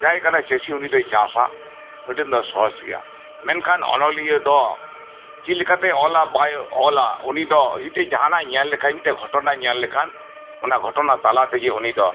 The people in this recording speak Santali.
ᱡᱟᱦᱟᱸᱭ ᱠᱟᱱᱟ ᱪᱟᱥᱤ ᱩᱱᱤ ᱫᱚᱭ ᱪᱟᱥᱟ ᱩᱱᱤᱴᱷᱮᱱ ᱫᱚ ᱥᱚᱦᱚᱡᱽ ᱜᱮᱭᱟ ᱢᱮᱱᱠᱷᱟᱱ ᱚᱱᱚᱞᱤᱭᱟᱹ ᱫᱚ ᱪᱮᱫ ᱞᱮᱠᱟᱛᱮ ᱚᱞᱟ ᱵᱟᱭ ᱚᱞᱟ ᱩᱱᱤ ᱫᱚ ᱢᱤᱫ ᱴᱮᱱ ᱡᱟᱦᱟᱱᱟᱜ ᱮ ᱧᱮᱞ ᱞᱮᱠᱷᱟᱱ ᱢᱤᱫ ᱴᱮᱱ ᱜᱷᱚᱴᱚᱱᱟ ᱧᱮᱞ ᱞᱮᱠᱷᱟᱱ ᱚᱱᱟ ᱜᱷᱚᱴᱚᱱᱟ ᱛᱟᱞᱟᱛᱮᱜᱮ ᱩᱱᱤ ᱫᱚ